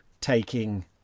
taking